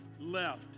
left